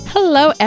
Hello